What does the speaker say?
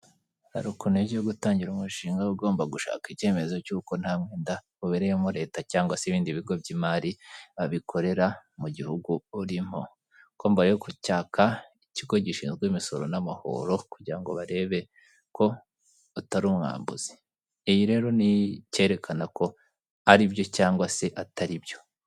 Hari ukuntu iyo ugiye gutangira umushinga uba ugomba gushaka icyemezo cy'uko nta mwenda ubereyemo leta cyangwa se ibindi bigo by'imari babikorera mu gihugu urimo ko mbere yo ku cyaka ikigo gishinzwe imisoro n'amahoro kugira ngo barebe ko utari umwambuzi iyi rero ni cyeyerekana ko aribyo cyangwa se atari byo.